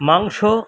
মাংস